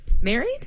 married